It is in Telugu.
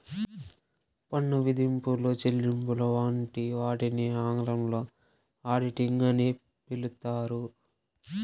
పన్ను విధింపులు, చెల్లింపులు వంటి వాటిని ఆంగ్లంలో ఆడిటింగ్ అని పిలుత్తారు